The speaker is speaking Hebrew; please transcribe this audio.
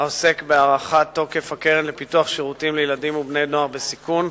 העוסק בהארכת תוקף הקרן לפיתוח שירותים לילדים ובני-נוער בסיכון.